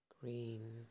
green